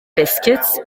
biscuits